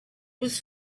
was